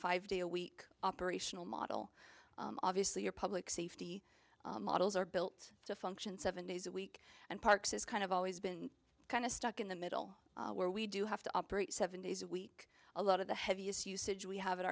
five day a week operational model obviously your public safety models are built to function seven days a week and parks is kind of always been kind of stuck in the middle where we do have to operate seven days a week a lot of the heaviest usage we have at